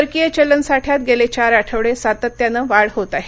परकीय चलन साठ्यात गेले चार आठवडे सातत्यानं वाढ होत आहे